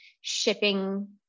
shipping